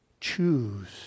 Choose